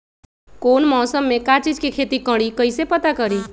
कौन मौसम में का चीज़ के खेती करी कईसे पता करी?